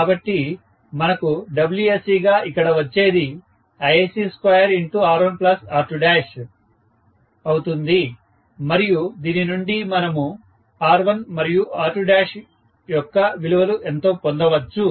కాబట్టి మనకు Wsc గా ఇక్కడ వచ్చేది Isc2R1R2 అవుతుంది మరియు దీని నుండి మనము R1 మరియు R2 యొక్క విలువలు ఎంతో పొందవచ్చు